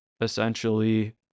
essentially